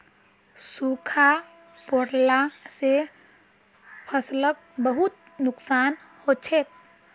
सूखा पोरला से फसलक बहुत नुक्सान हछेक